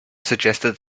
suggested